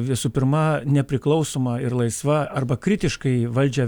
visų pirma nepriklausoma ir laisva arba kritiškai valdžią